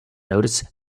notice